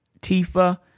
Tifa